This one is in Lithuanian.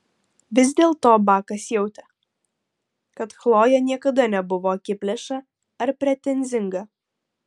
vis dėlto bakas jautė kad chlojė niekada nebuvo akiplėša ar pretenzinga